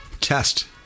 test